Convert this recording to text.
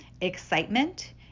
Excitement